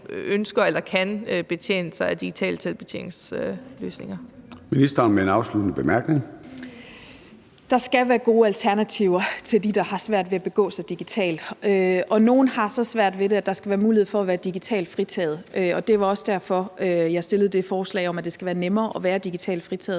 bemærkning. Kl. 13:52 Digitaliseringsministeren (Marie Bjerre): Der skal være gode alternativer til dem, der har svært ved at begå sig digitalt. Og nogle har så svært ved det, at der skal være mulighed for at være digitalt fritaget. Det var også derfor, at jeg fremsatte det forslag om, at det skal være nemmere at være digitalt fritaget.